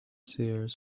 seers